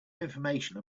information